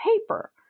paper